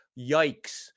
yikes